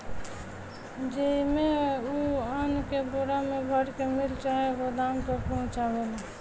जेइमे, उ अन्न के बोरा मे भर के मिल चाहे गोदाम तक पहुचावेला